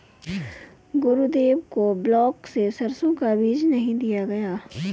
गुरुदेव को ब्लॉक से सरसों का बीज नहीं दिया गया